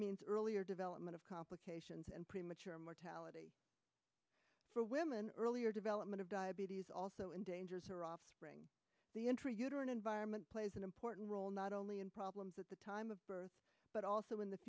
means earlier development of complications and premature mortality for women earlier development of diabetes also in dangers or offspring the intrauterine environment plays an important role not only in problems at the time of birth but also in the